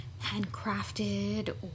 handcrafted